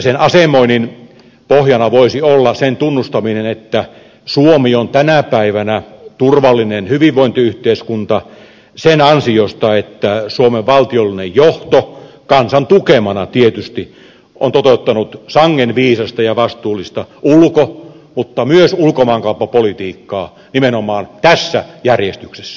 sen asemoinnin pohjana voisi olla sen tunnustaminen että suomi on tänä päivänä turvallinen hyvinvointiyhteiskunta sen ansiosta että suomen valtiollinen johto kansan tukemana tietysti on toteuttanut sangen viisasta ja vastuullista ulko mutta myös ulkomaankauppapolitiikkaa nimenomaan tässä järjestyksessä